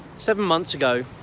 seven months ago,